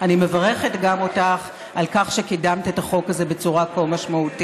אני מברכת גם אותך על כך שקידמת את החוק הזה בצורה כה משמעותית.